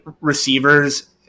receivers